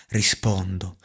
rispondo